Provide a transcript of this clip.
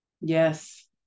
Yes